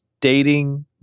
dating